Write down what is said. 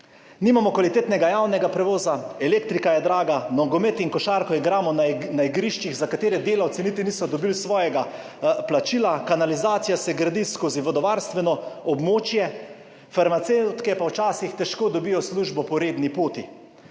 nimamo kvalitetnega javnega prevoza, elektrika je draga, nogomet in košarko igramo na igriščih, za katere delavci niti niso dobili svojega plačila, kanalizacija se gradi skozi vodovarstveno območje, farmacevtke pa včasih težko dobijo službo po redni poti.